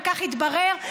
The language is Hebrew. וכך התברר,